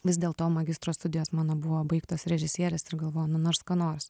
vis dėlto magistro studijos mano buvo baigtos režisierės ir galvoju nu nors ką nors